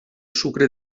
sucre